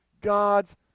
God's